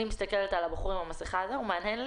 אני מסתכלת על הבחור עם המסכה והוא מהנהן.